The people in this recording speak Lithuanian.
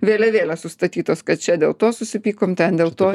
vėliavėlės sustatytos kad čia dėl to susipykom dėl to